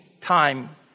time